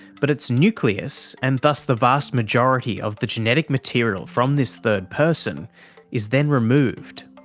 but its nucleus and thus the vast majority of the genetic material from this third person is then removed.